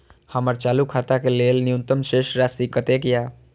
हमर चालू खाता के लेल न्यूनतम शेष राशि कतेक या?